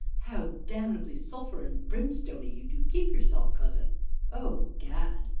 how damnably sulphur-and-brimstony you do keep yourself, cousin oh, gad!